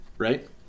Right